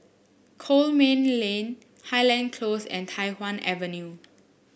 Coleman Lane Highland Close and Tai Hwan Avenue